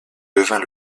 devint